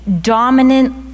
dominant